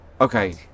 okay